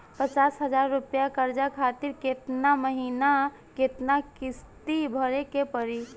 पचास हज़ार रुपया कर्जा खातिर केतना महीना केतना किश्ती भरे के पड़ी?